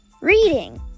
Reading